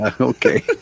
okay